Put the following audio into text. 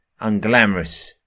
unglamorous